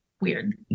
weird